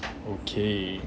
okay